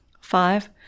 Five